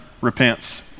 repents